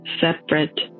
separate